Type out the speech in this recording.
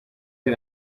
sin